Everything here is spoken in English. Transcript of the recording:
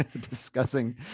discussing